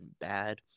bad